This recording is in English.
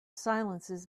silences